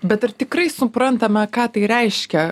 bet ar tikrai suprantame ką tai reiškia